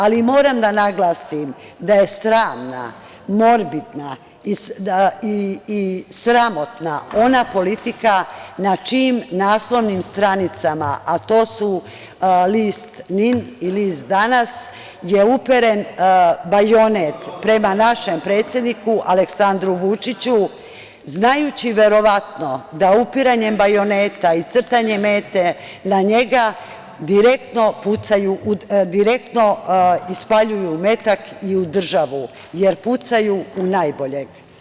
Ali, moram da naglasim da je sramna, morbidna i sramotna ona politika na čijim naslovnim stranicama, a to su list „NIN“ i list „Danas“ je uperen bajonet prema našem predsedniku Aleksandru Vučiću, znajući verovatno da upiranjem bajoneta i crtanje mete na njega, direktno ispaljuju metak i u državu, jer pucaju u najboljeg.